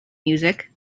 music